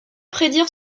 prédire